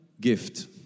Gift